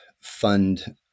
fund